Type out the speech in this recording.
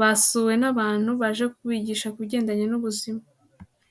basuwe n'abantu baje kubigisha ku bigendanye n'ubuzima.